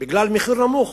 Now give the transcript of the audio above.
בגלל מחירו הנמוך.